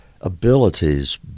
abilities